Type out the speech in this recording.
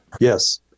Yes